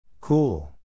Cool